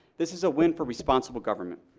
this is a win for responsible government.